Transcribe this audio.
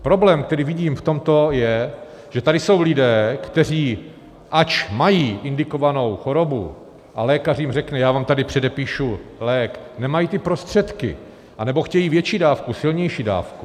Problém, který vidím v tomto, je, že tady jsou lidé, kteří, ač mají indikovanou chorobu a lékař jim řekne: Já vám tady předepíšu lék, nemají ty prostředky anebo chtějí větší dávku, silnější dávku.